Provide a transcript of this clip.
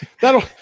That'll